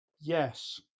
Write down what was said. yes